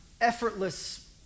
effortless